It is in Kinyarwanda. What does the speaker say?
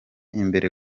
imbere